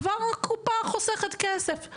כבר הקופה חוסכת כסף.